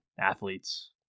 Athletes